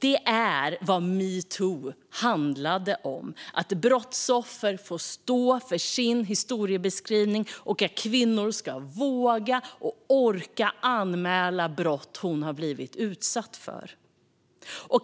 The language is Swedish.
Det är vad metoo handlade om: att brottsoffer får stå för sin historiebeskrivning och att kvinnor ska våga och orka anmäla brott de blivit utsatta för.